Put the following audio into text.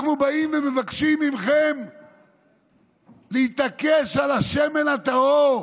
אנחנו באים ומבקשים מכם להתעקש על השמן הטהור,